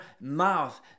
mouth